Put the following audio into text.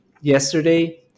yesterday